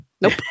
Nope